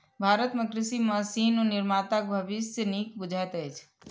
भारत मे कृषि मशीन निर्माताक भविष्य नीक बुझाइत अछि